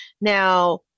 Now